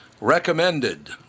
recommended